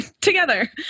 together